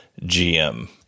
GM